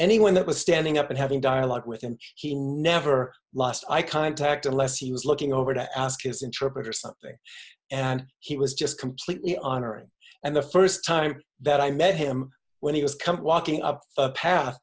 anyone that was standing up and having dialogue with him he never lost eye contact unless he was looking over to ask his interpreter something and he was just completely honoring and the first time that i met him when he was come walking up